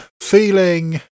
feeling